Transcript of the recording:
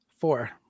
Four